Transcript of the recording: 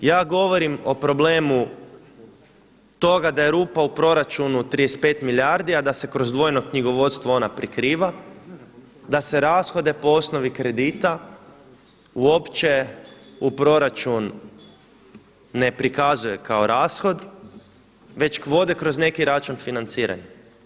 Ja govorimo o problemu toga da je rupa u proračunu 35 milijardi, a da se kroz dvojno knjigovodstvo ona prikriva, da se rashode po osnovi kredita uopće u proračun ne prikazuje kao rashod, već vode kroz neki račun financiranja.